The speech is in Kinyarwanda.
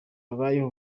babayeho